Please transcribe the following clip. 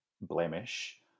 blemish